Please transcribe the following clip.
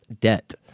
debt